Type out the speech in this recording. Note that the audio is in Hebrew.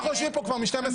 אנחנו יושבים פה כבר מ-12:30.